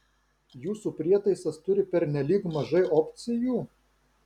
jūsų prietaisas turi pernelyg mažai opcijų